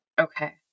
Okay